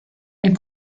est